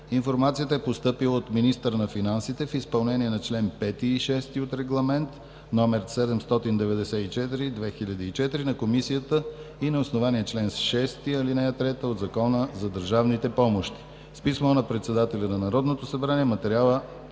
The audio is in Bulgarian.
Информацията е постъпила от министъра на финансите в изпълнение на чл. 5 и 6 от Регламент № 794/2004 на Комисията и на основание чл. 6, ал. 3 от Закона за държавните помощи. С писмо на председателя на Народното събрание материалът